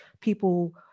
people